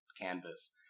canvas